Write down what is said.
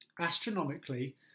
astronomically